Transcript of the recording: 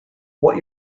what